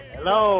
Hello